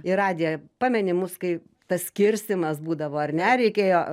į radiją pameni mus kai tas skirstymas būdavo ar ne reikėjo